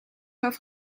over